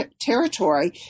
territory